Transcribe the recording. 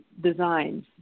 designs